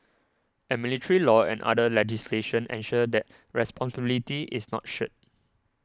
and military law and other legislation ensure that responsibility is not shirked